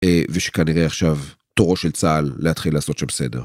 ושכנראה עכשיו תורו של צהל להתחיל לעשות שם סדר.